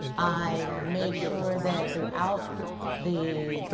i made sure that throughout the